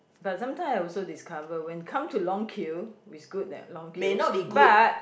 but sometime I also discover when come to long quite it's good that long queue but